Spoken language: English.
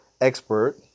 expert